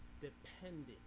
dependent